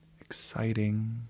exciting